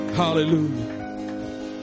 Hallelujah